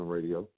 Radio